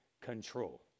control